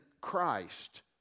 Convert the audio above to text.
Christ